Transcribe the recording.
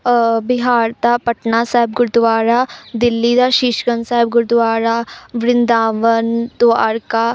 ਬਿਹਾਰ ਦਾ ਪਟਨਾ ਸਾਹਿਬ ਗੁਰਦੁਆਰਾ ਦਿੱਲੀ ਦਾ ਸ਼ੀਸ਼ਗੰਜ ਸਾਹਿਬ ਗੁਰਦੁਆਰਾ ਵਰਿੰਦਾਵਨ ਦੁਆਰਕਾ